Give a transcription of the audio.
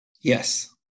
Yes